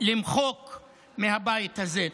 למחוק מהבית הזה.